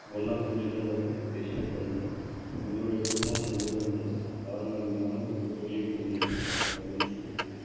ஒன்னாக கூடிதான் ஒரு டிசைட் பண்ணுவோம் எங்களுடைய குடும்பம் அந்த ஊரில் வந்து பாரம்பரியமான மிகப்பெரிய குடும்பம் அப்படின்னு சொல்லலாம்